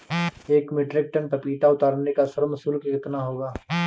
एक metric tonne पपीता उतारने का श्रम शुल्क कितना होगा?